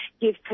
give